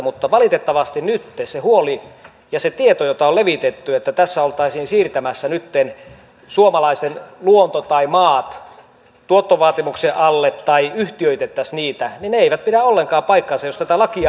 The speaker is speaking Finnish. mutta valitettavasti nyt se huoli ja se tieto jota on levitetty että tässä oltaisiin siirtämässä nyt suomalaisen luonto tai maat tuottovaatimuksen alle tai yhtiöitettäisiin niitä ei pidä ollenkaan paikkaansa jos tätä lakia on lukenut